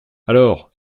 alors